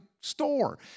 store